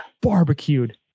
barbecued